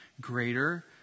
greater